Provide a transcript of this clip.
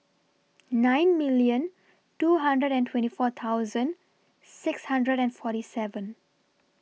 nine million two hundred and twenty four thousand six hundred and forty seven